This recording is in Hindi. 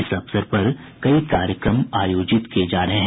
इस अवसर पर कई कार्यक्रम आयोजित किये जा रहे हैं